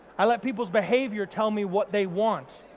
i let people's behaviour tell me what they want